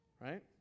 right